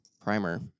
primer